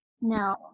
no